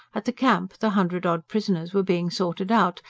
at the camp the hundred odd prisoners were being sorted out,